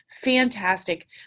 fantastic